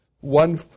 one